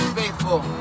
faithful